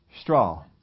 straw